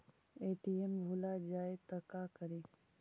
ATM भुला जाये त का करि?